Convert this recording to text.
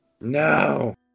No